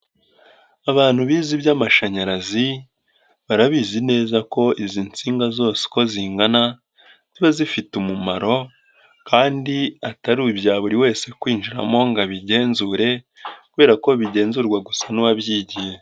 Abantu bize iby'amashanyarazi, barabizi neza ko izi nsinga zose uko zingana, ziba zifite umumaro kandi atari ibya buri wese kwinjiramo ngo abigenzure kubera ko bigenzurwa gusa n'uwabyigiye.